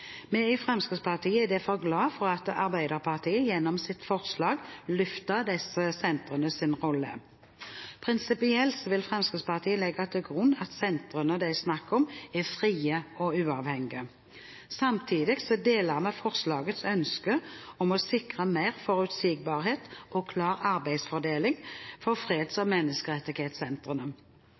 Vi i Fremskrittspartiet er derfor glade for at Arbeiderpartiet gjennom sitt forslag løfter disse sentrenes rolle. Prinsipielt vil Fremskrittspartiet legge til grunn at sentrene det er snakk om, er frie og uavhengige. Samtidig deler vi forslagets ønske om å sikre mer forutsigbarhet og en klar arbeidsfordeling for freds-